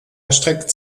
erstreckt